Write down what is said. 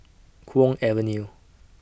Kwong Avenue